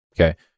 okay